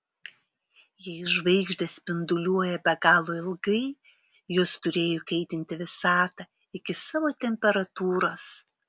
jei žvaigždės spinduliuoja be galo ilgai jos turėjo įkaitinti visatą iki savo temperatūros